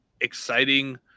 exciting